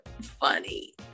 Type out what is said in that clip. funny